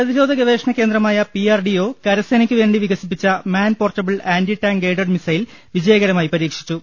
പ്രതിരോധ ഗവേഷണ കേന്ദ്രമായ പി ആർ ഡി ഒ കരസേനക്കു വേണ്ടി വികസിപ്പിച്ച man portable anti tank guided missile വിജയകരമായി പരീക്ഷിച്ചു